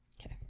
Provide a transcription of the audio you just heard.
Okay